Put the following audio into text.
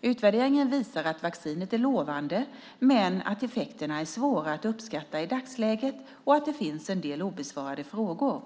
Utvärderingen visar att vaccinet är lovande men att effekterna är svåra att uppskatta i dagsläget och att det finns en del obesvarade frågor.